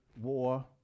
war